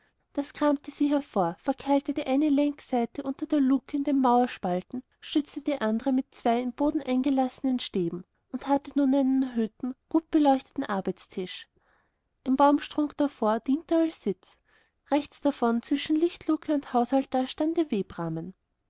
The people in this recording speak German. das kramte sie hervor verkeilte die eine längsseite unter der luke in den mauerspalten stützte die andere mit zwei in den boden eingelassenen stäben und hatte nun einen erhöhten gut beleuchteten arbeitstisch ein baumstrunk davor diente als sitz rechts davon zwischen lichtluke und hausaltar stand